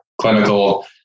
clinical